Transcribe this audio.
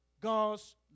God's